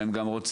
והם גם רוצים,